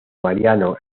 mariano